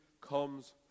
comes